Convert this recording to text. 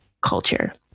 culture